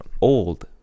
old